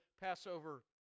Passover